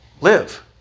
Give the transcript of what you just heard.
live